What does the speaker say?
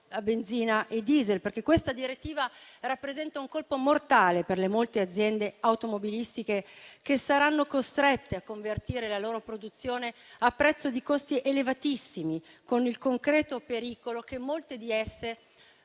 a benzina e diesel, perché rappresenta un colpo mortale per le molte aziende automobilistiche che saranno costrette a convertire la loro produzione a costi elevatissimi, con il concreto pericolo che molte di esse